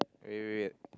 wait wait wait